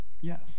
yes